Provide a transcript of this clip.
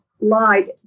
lied